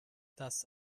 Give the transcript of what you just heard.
das